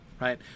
right